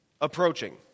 approaching